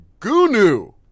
Gunu